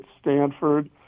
Stanford